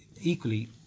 equally